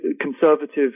Conservative